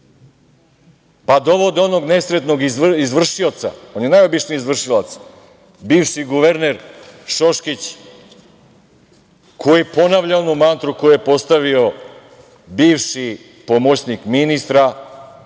pa dovode onog nesretnog izvršioca, on je najobičniji izvršilac, bivši guverner Šoškić, koji ponavlja onu mantru koju je postavio bivši pomoćnik ministra,